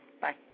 Bye